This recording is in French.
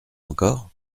encore